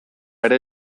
ere